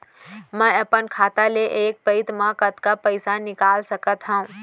मैं अपन खाता ले एक पइत मा कतका पइसा निकाल सकत हव?